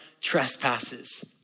trespasses